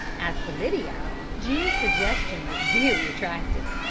as for lydia jean's suggestion was very attractive.